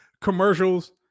commercials